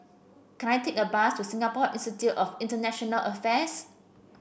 can I take a bus to Singapore Institute of International Affairs